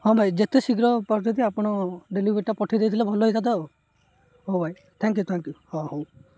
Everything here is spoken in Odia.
ହଁ ଭାଇ ଯେତେ ଶୀଘ୍ର ପାରୁଛନ୍ତି ଆପଣ ଡେଲିଭରିଟା ପଠାଇ ଦେଇଥିଲେ ଭଲ ହୋଇଥାନ୍ତା ତ ଆଉ ହଉ ଭାଇ ଥ୍ୟାଙ୍କ୍ ୟୁ ଥ୍ୟାଙ୍କ୍ ୟୁ ହଁ ହଉ